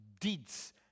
deeds